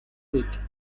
lake